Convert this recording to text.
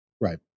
Right